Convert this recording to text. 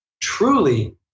truly